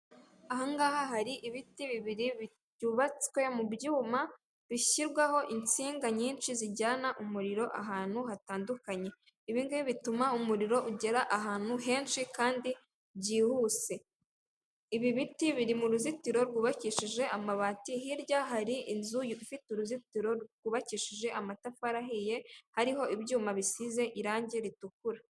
Aha ngaha hari ibiti bibiri byubatswe mu byuma bishyirwaho insinga nyinshi zijyana umuriro ahantu hatandukanye, ibi ngibi bituma umuriro ugera ahantu henshi kandi byihuse. Ibi biti biri mu ruzitiro rwubakishije amabati ,hirya hari inzu ifite uruzitiro rwubakishije amatafari ahiye hariho ibyuma bisize irangi ritukura.